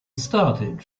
started